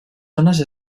zones